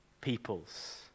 peoples